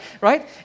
Right